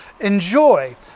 enjoy